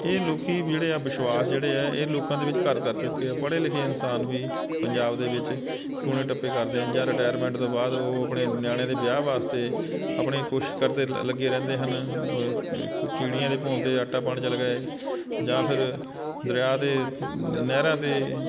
ਇਹ ਲੋਕ ਜਿਹੜੇ ਆ ਵਿਸ਼ਵਾਸ਼ ਜਿਹੜੇ ਆ ਇਹ ਲੋਕਾਂ ਦੇ ਵਿੱਚ ਘਰ ਕਰ ਚੁੱਕੇ ਆ ਪੜ੍ਹੇ ਲਿਖੇ ਇਨਸਾਨ ਵੀ ਪੰਜਾਬ ਦੇ ਵਿੱਚ ਟੂਣੇ ਟੱਪੇ ਕਰਦੇ ਆ ਜਾਂ ਰਿਟਾਇਰਮੈਂਟ ਤੋਂ ਬਾਅਦ ਉਹ ਆਪਣੇ ਨਿਆਣਿਆਂ ਦੇ ਵਿਆਹ ਵਾਸਤੇ ਆਪਣੇ ਕੋਸ਼ਿਸ਼ ਕਰਦੇ ਲ ਲੱਗੇ ਰਹਿੰਦੇ ਹਨ ਕ ਕੀੜੀਆਂ ਦੇ ਭੌਣ 'ਤੇ ਆਟਾ ਪਾਉਣ ਚਲੇ ਗਏ ਜਾਂ ਫਿਰ ਦਰਿਆ 'ਤੇ ਨਹਿਰਾਂ 'ਤੇ